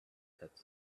said